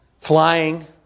flying